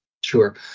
Sure